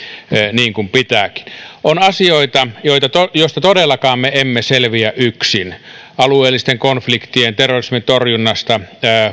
niin kuin pitääkin on asioita joista todellakaan me emme selviä yksin alueellisten konfliktien ja terrorismin torjunnasta